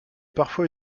parfois